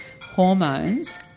hormones